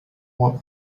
want